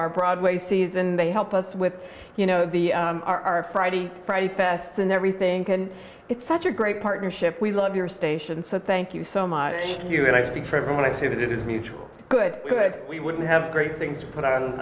our broadway season they help us with you know the our friday friday fest and everything can it's such a great partnership we love your station so thank you so much you and i speak for everyone i see that it is mutual good good we wouldn't have great things to put